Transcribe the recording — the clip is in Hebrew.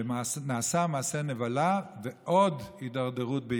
שנעשה מעשה נבלה ועוד הידרדרות.